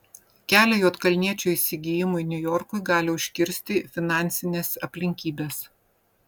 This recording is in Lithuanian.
kelią juodkalniečio įsigijimui niujorkui gali užkirsti finansinės aplinkybės